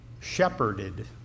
shepherded